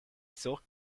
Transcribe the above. sorgt